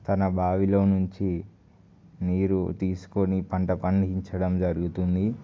తన బావిలో నుంచి నీరు తీసుకొని పంట పండించడం జరుగుతుంది